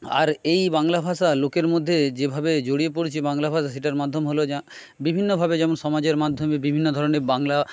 আর এই বাংলা ভাষা লোকের মধ্যে যেভাবে জড়িয়ে পড়েছে বাংলা ভাষা সেটার মাধ্যম হল বিভিন্নভাবে যেমন সমাজের মাধ্যমে বিভিন্ন ধরনের বাংলা